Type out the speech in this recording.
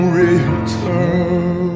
return